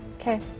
Okay